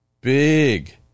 big